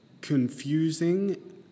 confusing